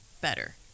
better